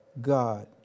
God